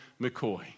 McCoy